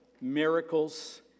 miracles